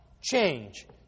change